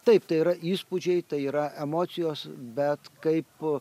taip tai yra įspūdžiai tai yra emocijos bet kaip